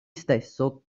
stesso